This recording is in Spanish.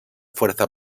fuerza